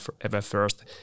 ever-first